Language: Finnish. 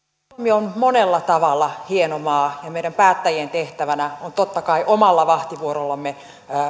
on monella tavalla hieno maa ja meidän päättäjien tehtävänä on totta kai omalla vahtivuorollamme